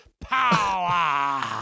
power